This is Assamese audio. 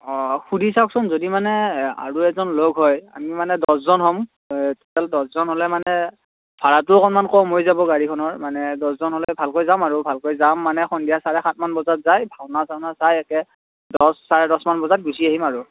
অ' সুধি চাওকচোন যদি মানে আৰু এজন লগ হয় আমি মানে দহজন হ'ম তেতিয়া দহজন হ'লে মানে ভাৰাটো অকণমান কম হৈ যাব গাড়ীখনৰ মানে দহজন হ'লে ভালকৈ যাম আৰু ভালকৈ যাম মানে সন্ধিয়া চাৰে সাতটা মান বজাত যাই ভাওনা চাওনা চাই একে দহ চাৰে দহমান বজাত গুচি আহিম আৰু